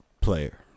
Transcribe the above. player